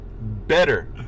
better